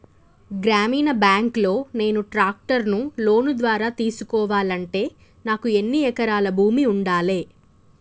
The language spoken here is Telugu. గ్రామీణ బ్యాంక్ లో నేను ట్రాక్టర్ను లోన్ ద్వారా తీసుకోవాలంటే నాకు ఎన్ని ఎకరాల భూమి ఉండాలే?